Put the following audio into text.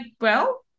well-